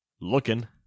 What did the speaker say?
Looking